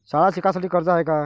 शाळा शिकासाठी कर्ज हाय का?